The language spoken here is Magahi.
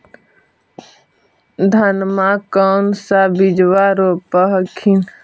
धनमा कौन सा बिजबा रोप हखिन?